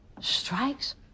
strikes